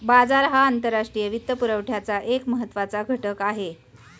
बाजार हा आंतरराष्ट्रीय वित्तपुरवठ्याचा एक महत्त्वाचा घटक आहे